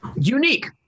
unique